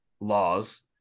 laws